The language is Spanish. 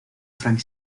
frank